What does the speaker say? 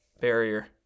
barrier